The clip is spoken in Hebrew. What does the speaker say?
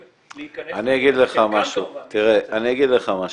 להיכנס ל --- אני אגיד לך משהו,